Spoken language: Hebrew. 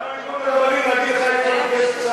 למה במקום, להגיד לך, ?